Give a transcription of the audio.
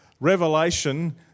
Revelation